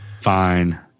Fine